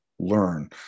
Learn